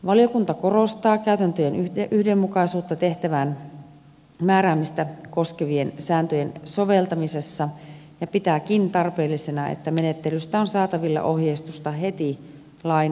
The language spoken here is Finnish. valiokunta korostaa käytäntöjen yhdenmukaisuutta tehtävään määräämistä koskevien sääntöjen soveltamisessa ja pitääkin tarpeellisena että menettelystä on saatavilla ohjeistusta heti lain voimaan tullessa